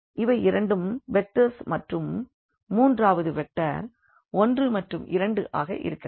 இவை இரண்டும் வெக்டர்ஸ் மற்றும் மூன்றாவது வெக்டர் 1 மற்றும் 2 ஆக இருக்கிறது